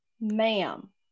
ma'am